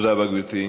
תודה רבה, גברתי.